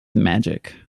magic